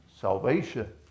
salvation